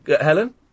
Helen